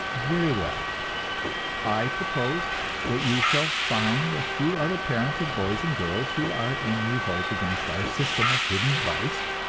very well i propose that you shall find a few other parents of boys and girls who are in revolt against our system of hidden vice,